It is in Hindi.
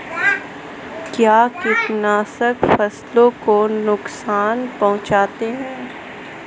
क्या कीटनाशक फसलों को नुकसान पहुँचाते हैं?